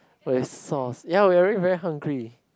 with sauce ya very very hungry